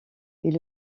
est